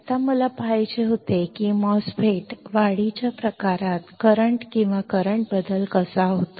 आता मला हे पाहायचे होते की MOSFET वाढीच्या प्रकारात करंट किंवा करंट बदल कसा होतो